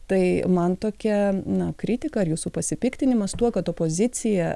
tai man tokia na kritika ar jūsų pasipiktinimas tuo kad opozicija